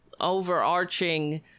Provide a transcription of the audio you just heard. overarching